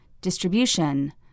distribution